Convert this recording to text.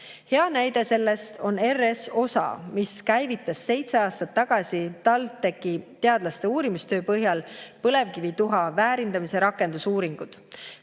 Hea näide sellest on R-S OSA, mis käivitas seitse aastat tagasi TalTechi teadlaste uurimistöö põhjal põlevkivituha väärindamise rakendusuuringud.